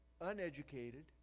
uneducated